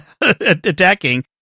attacking